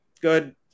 good